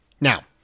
Now